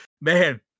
man